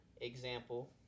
example